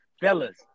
fellas